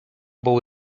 był